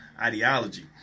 ideology